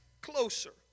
closer